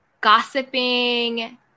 gossiping